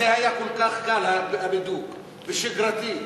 גם שמאלנים.